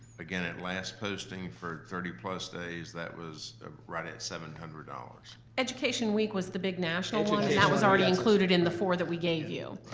again, at last posting for thirty plus days, that was right at seven hundred dollars. education week was the big national one education that was already included in the four that we gave you.